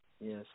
Yes